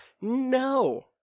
no